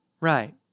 Right